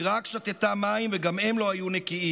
היא רק שתתה מים, וגם הם לא היו נקיים.